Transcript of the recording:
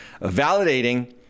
validating